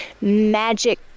magic